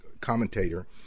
commentator